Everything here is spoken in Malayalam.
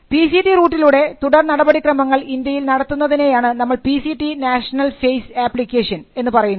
പി സി ടി റൂട്ടിലൂടെ തുടർ നടപടി ക്രമങ്ങൾ ഇന്ത്യയിൽ നടത്തുന്നതിനെയാണ് നമ്മൾ P C T national phase application എന്ന് പറയുന്നത്